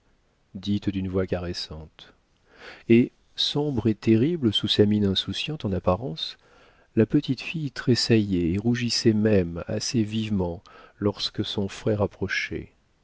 dite d'une voix caressante et sombre et terrible sous sa mine insouciante en apparence la petite fille tressaillait et rougissait même assez vivement lorsque son frère approchait